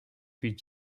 puis